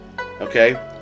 okay